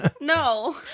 No